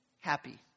happy